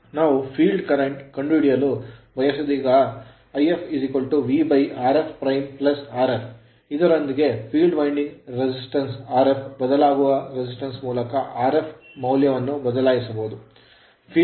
ನಾವು field current field current ಕಂಡುಹಿಡಿಯಲು ಬಯಸಿದಾಗ If VRf Rf ಇದರೊಂದಿಗೆ field winding resistance field winding resistance Rf ಬದಲಾಗುವ resistance ಪ್ರತಿರೋಧದ ಮೂಲಕ Rf ಮೌಲ್ಯವನ್ನು ಬದಲಾಯಿಸಬಹುದು